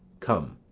come,